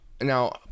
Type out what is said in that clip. Now